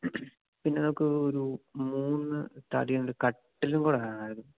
പിന്നെ നമുക്ക് ഒരു മൂന്ന് തടികൊണ്ടുള്ള കട്ടിലുംകൂടെ വേണമായിരുന്നു